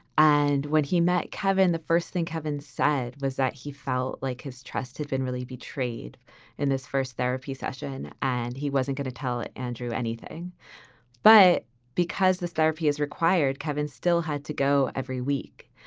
and when he met kevin, the first thing kevin said was that he felt like his trust had been really betrayed in this first therapy session. and he wasn't going to tell it, andrew, anything but because this therapy is required, kevin still had to go every week.